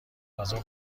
غذا